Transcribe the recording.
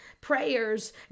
prayers